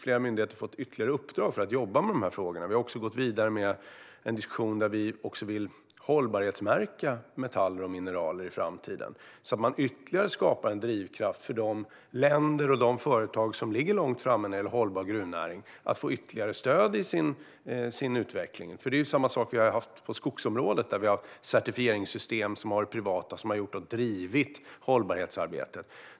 Flera myndigheter har fått ytterligare uppdrag att jobba med de här frågorna. Vi har också gått vidare med en diskussion om att hållbarhetsmärka metaller och mineraler i framtiden, så att man skapar en ytterligare drivkraft för de länder och företag som ligger långt framme när det gäller hållbar gruvnäring och ger dem ytterligare stöd i utvecklingen. Det är samma sak som vi har haft på skogsområdet, där privata aktörer har gjort certifieringssystem och drivit hållbarhetsarbetet.